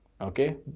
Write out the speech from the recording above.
okay